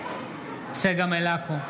בעד צגה מלקו,